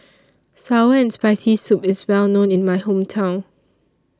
Sour and Spicy Soup IS Well known in My Hometown